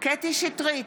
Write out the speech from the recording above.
קטי קטרין שטרית,